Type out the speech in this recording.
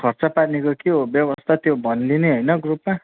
खर्च पानीको के हो व्यवस्था त्यो भनिदिने होइन ग्रुपमा